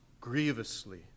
grievously